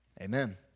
amen